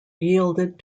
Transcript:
yielded